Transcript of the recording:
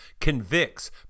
convicts